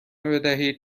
بدهید